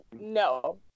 No